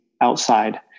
outside